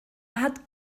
hat